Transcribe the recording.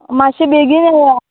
मातशें बेगीन येया